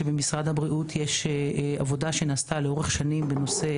שבמשרד הבריאות יש עבודה שנעשתה לאורך שנים בנושא